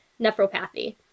nephropathy